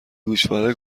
گوشواره